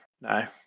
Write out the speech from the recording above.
no